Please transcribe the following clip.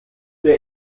der